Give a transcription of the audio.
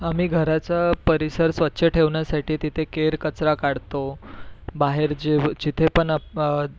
आम्ही घराचा परिसर स्वच्छ ठेवण्यासाठी तिथे केरकचरा काढतो बाहेर जेव जिथेपण